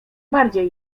bardziej